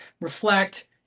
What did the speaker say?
reflect